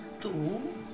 two